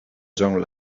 john